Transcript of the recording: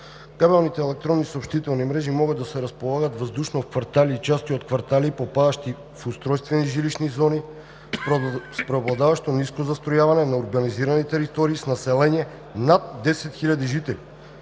кабелните електронни съобщителни мрежи могат да се разполагат въздушно в квартали и части от квартали, попадащи в устройствени жилищни зони с преобладаващо ниско застрояване, на урбанизирани територии с население над 10 хиляди жители,